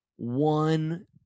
one